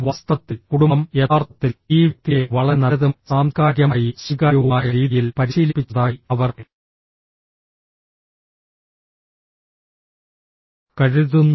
വാസ്തവത്തിൽ കുടുംബം യഥാർത്ഥത്തിൽ ഈ വ്യക്തിയെ വളരെ നല്ലതും സാംസ്കാരികമായി സ്വീകാര്യവുമായ രീതിയിൽ പരിശീലിപ്പിച്ചതായി അവർ കരുതുന്നു